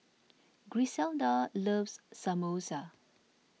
Griselda loves Samosa